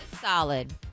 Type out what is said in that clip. Solid